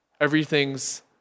everything's